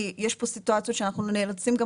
כי יש פה סיטואציות שאנחנו נאלצים גם